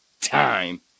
time